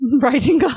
Writing